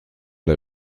der